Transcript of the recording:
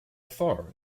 far